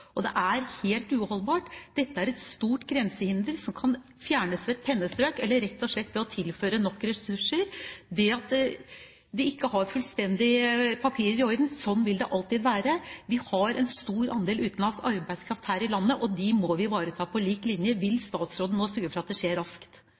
og det er helt uholdbart. Dette er et stort grensehinder som kan fjernes med et pennestrøk, eller rett og slett ved å tilføre nok ressurser. Det vil alltid være slik at de ikke har fullstendige papirer i orden. Vi har her i landet en stor andel utenlandsk arbeidskraft, som vi må vi ivareta på lik linje. Vil